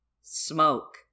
Smoke